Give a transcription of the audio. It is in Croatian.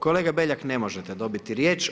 Kolega Beljak ne možete dobiti riječ.